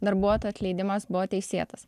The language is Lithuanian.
darbuotojo atleidimas buvo teisėtas